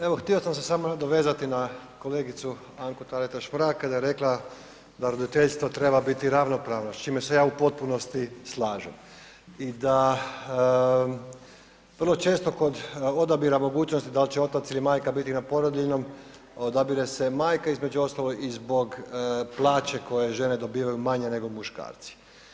Evo, htio sam se samo nadovezati na kolegicu Anku Taritaš Mrak kada je rekla da roditeljstvo treba biti ravnopravno s čime se ja u potpunosti slažem i da vrlo često kod odabira mogućnosti da li će otac ili majka biti na porodiljnom odabire se majka između ostalog i zbog plaće koje žene dobivaju manje nego muškarci.